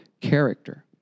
character